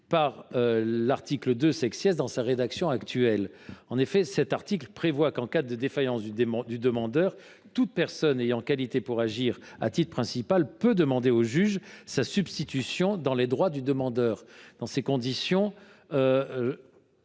déjà satisfait par la rédaction actuelle de l’article 2, lequel dispose qu’en cas de défaillance du demandeur « toute personne ayant qualité pour agir à titre principal peut demander au juge sa substitution dans les droits du demandeur ». Dans ces conditions,